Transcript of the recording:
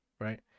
right